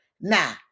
Now